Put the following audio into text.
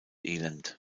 elend